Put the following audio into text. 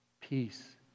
peace